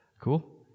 Cool